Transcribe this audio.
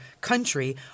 country